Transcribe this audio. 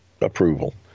approval